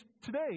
today